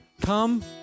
Come